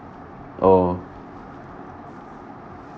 oh